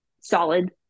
solid